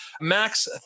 Max